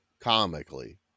comically